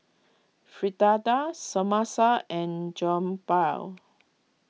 Fritada Samosa and Jokbal